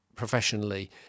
professionally